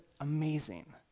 amazing